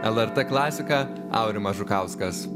lrt klasika aurimas žukauskas